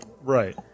Right